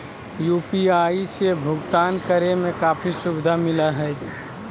UPI से भुकतान करे में काफी सुबधा मिलैय हइ